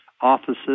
offices